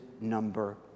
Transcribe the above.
number